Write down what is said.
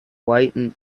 white